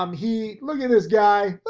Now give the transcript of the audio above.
um he look at this guy,